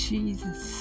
Jesus